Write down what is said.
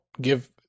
give